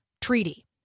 treaty